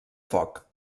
foc